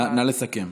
נא לסכם.